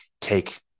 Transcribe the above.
take